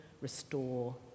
restore